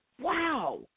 wow